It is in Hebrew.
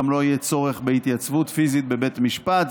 גם לא יהיה צורך בהתייצבות פיזית בבית משפט,